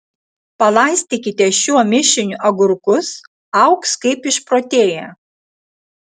palaistykite šiuo mišiniu agurkus augs kaip išprotėję